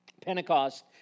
Pentecost